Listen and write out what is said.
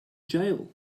jail